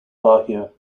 bahia